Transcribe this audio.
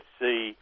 see